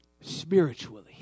spiritually